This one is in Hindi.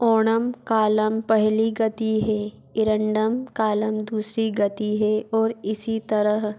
ओणम कालम पहली गति है इरंडम कालम दूसरी गति है और इसी तरह